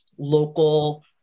local